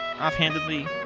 offhandedly